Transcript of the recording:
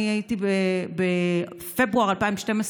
בפברואר 2012,